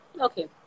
Okay